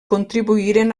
contribuïren